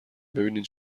ببینین